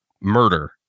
murder